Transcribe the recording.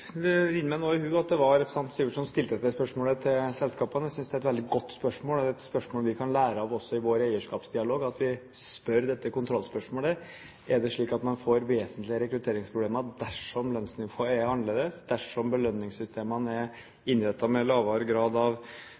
Det rinner meg nå i hu at det var representanten Syversen som stilte det spørsmålet til selskapene. Jeg synes det er et veldig godt spørsmål, et spørsmål vi kan lære av også i vår eierskapsdialog, og vi stiller dette kontrollspørsmålet: Er det slik at man får vesentlige rekrutteringsproblemer dersom lønnsnivået er annerledes, dersom belønningssystemene er innrettet med lavere grad av